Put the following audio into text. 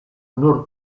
nur